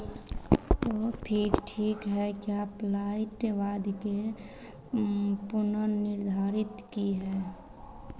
ओह फिर ठीक है क्या फ्लाइट बाद के लिए पुनर्निधारित की है